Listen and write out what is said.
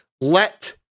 let